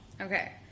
Okay